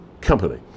company